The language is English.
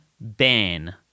ban